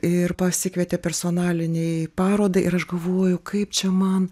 ir pasikvietė personalinei parodai ir aš galvoju kaip čia man